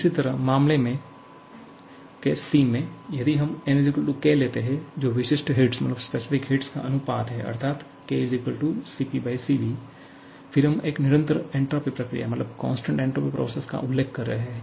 इसी तरह मामले में मे यदि हम n k लेते हैं जो विशिष्ट हीट्स का अनुपात है अर्थात k CpCv फिर हम एक निरंतर एन्ट्रापी प्रक्रिया का उल्लेख कर रहे हैं